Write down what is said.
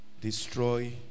destroy